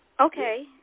Okay